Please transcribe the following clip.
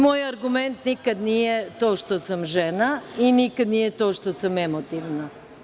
Moj argument nikad nije to što sam žena i nikad nije to što sam emotivna.